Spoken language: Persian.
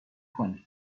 کنه